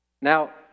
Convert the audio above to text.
Now